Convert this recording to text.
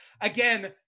Again